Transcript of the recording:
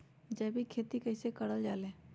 जैविक खेती कई से करल जाले?